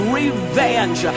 revenge